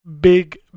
Big